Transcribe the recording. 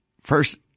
first